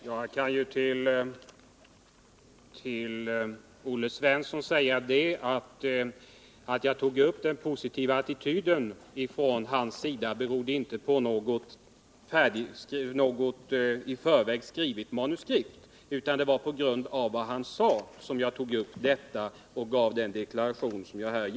Herr talman! Jag kan säga till Olle Svensson att det förhållandet, att jag tog upp den positiva attityden från hans sida, inte berodde på något i förväg skrivet manuskript utan att det baserade sig på vad han sagt.